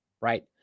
right